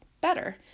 better